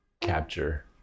capture